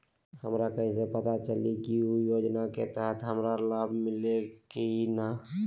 हमरा कैसे पता चली की उ योजना के तहत हमरा लाभ मिल्ले की न?